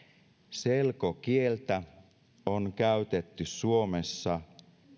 selkokieltä on käytetty suomessa